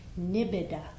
nibbida